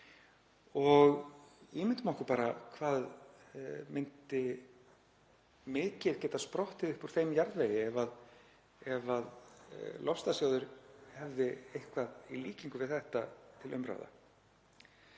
Ímyndum okkur bara hve mikið gæti sprottið upp úr þeim jarðvegi ef loftslagssjóður hefði eitthvað í líkingu við þetta til umráða.